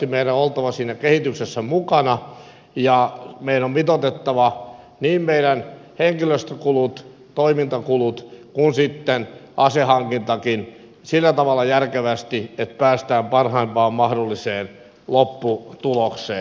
meidän on oltava siinä kehityksessä mukana ja meidän on mitoitettava niin meidän henkilöstökulut toimintakulut kuin sitten asehankintakin sillä tavalla järkevästi että päästään parhaimpaan mahdolliseen lopputulokseen